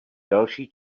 další